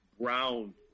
brown